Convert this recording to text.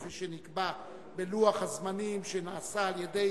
כפי שנקבע בלוח הזמנים שנעשה על-ידי